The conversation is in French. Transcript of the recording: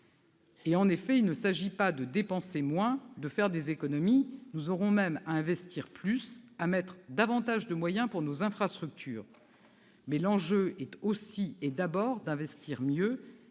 En effet, il ne s'agit pas de dépenser moins, de faire des économies. Nous aurons même à investir plus, à engager davantage de moyens pour nos infrastructures ! Mais l'enjeu est aussi et d'abord d'investir mieux,